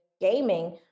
gaming